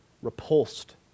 repulsed